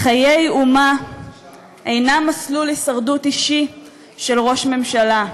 חיי אומה אינם מסלול הישרדות אישי של ראש ממשלה,